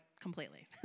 completely